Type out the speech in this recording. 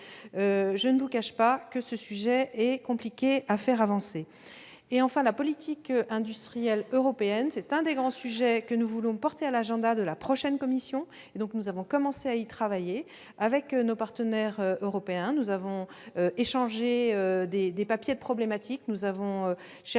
Je ne vous cache pas que ce dossier est complexe à faire avancer. Enfin, la politique industrielle européenne est l'un des grands sujets que nous voulons porter à l'agenda de la prochaine Commission. Nous avons commencé à y travailler avec nos partenaires européens, en échangeant des papiers de problématique et en cherchant